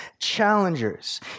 challengers